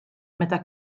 meta